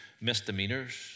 misdemeanors